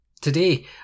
Today